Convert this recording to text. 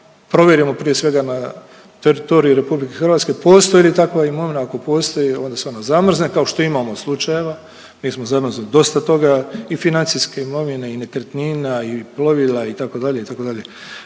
provjerimo prije svega na teritoriju RH postoji li takva imovina, ako postoji onda se ona zamrzne kao što imamo slučajeva. Mi smo zamrznuli dosta toga i financijske imovine i nekretnina i plovila itd., itd., tako da